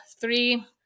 three